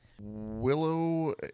Willow